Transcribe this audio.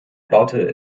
baute